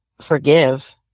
forgive